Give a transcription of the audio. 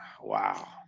Wow